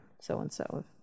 so-and-so